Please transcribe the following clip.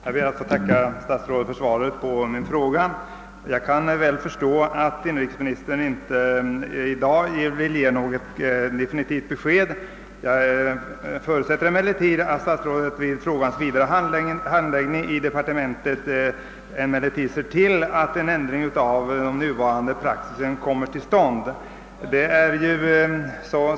Herr talman! Jag ber att få tacka statsrådet för svaret på min fråga. Jag kan väl förstå att inrikesministern inte i dag vill ge något definitivt besked. Jag förutsätter emellertid att statsrådet vid frågans vidare handläggning i departementet ser till att en ändring av nuvarande praxis kommer till stånd.